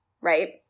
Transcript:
right